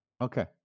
Okay